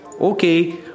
Okay